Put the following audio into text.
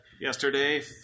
yesterday